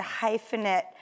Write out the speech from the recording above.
hyphenate